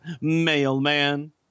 mailman